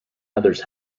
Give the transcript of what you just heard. others